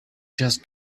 just